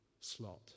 slot